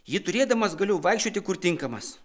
jį turėdamas galiu vaikščioti kur tinkamas